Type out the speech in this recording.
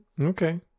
okay